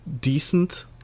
decent